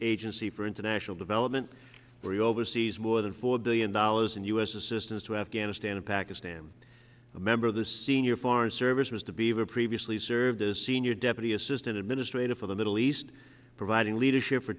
agency for international development where he oversees more than four billion dollars in u s assistance to afghanistan and pakistan a member of the senior foreign service was the beaver previously served as senior deputy assistant administrator for the middle east providing leadership for